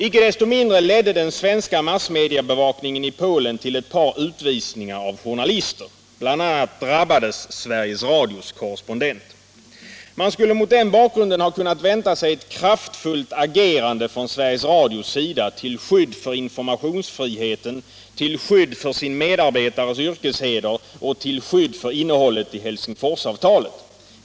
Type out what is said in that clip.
Icke desto mindre ledde den svenska massmediebevakningen i Polen till ett par utvisningar av journalister. Bl. a. drabbades Sveriges Radios korrespondent. Man skulle mot den bakgrunden ha kunnat vänta sig ett kraftfullt agerande från Sveriges Radios sida till skydd för informationsfriheten, för sin medarbetares yrkesheder och för innehållet i Helsingforsavtalet.